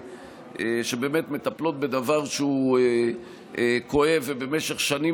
שבאמת מטפלות בדבר שהוא כואב ובמשך שנים